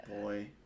boy